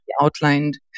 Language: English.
outlined